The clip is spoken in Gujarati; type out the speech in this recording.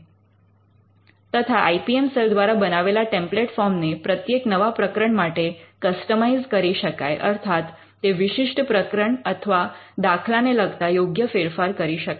તેથી આઇ પી એમ સેલ દ્વારા બનાવેલા ટેમ્પ્લેટ ફોર્મ ને પ્રત્યેક નવા પ્રકરણ માટે કસ્ટમાઇઝ્ કરી શકાય અર્થાત વિશિષ્ટ પ્રકરણ અથવા દાખલાને લગતા યોગ્ય ફેરફાર કરી શકાય